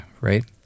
right